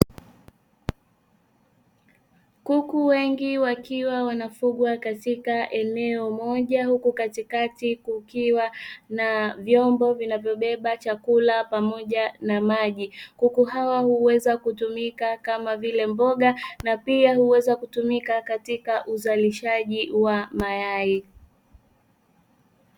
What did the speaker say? Kuku wengii wakiwa wanafugwa katika eneo moja huku katikati kukiwa na vyombo vinavyobeba chakula pamoja na maji. Kuku hawa huweza kutumika kama vile mboga na pia huweza kutumika katika uzalishaji wa mayai.